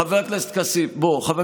חבר הכנסת כסיף, תשמע,